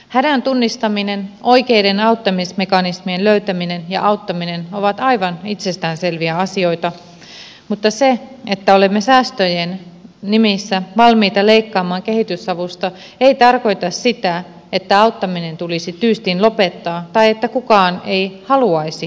hädän tunnistaminen oikeiden auttamismekanismien löytäminen ja auttaminen ovat aivan itsestään selviä asioita mutta se että olemme säästöjen nimissä valmiita leikkaamaan kehitysavusta ei tarkoita sitä että auttaminen tulisi tyystin lopettaa tai että kukaan ei haluaisi auttaa